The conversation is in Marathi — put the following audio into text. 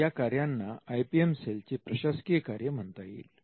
या कार्यांना आय पी एम सेल ची प्रशासकीय कार्ये म्हणता येईल